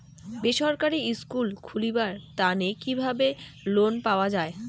বেসরকারি স্কুল খুলিবার তানে কিভাবে লোন পাওয়া যায়?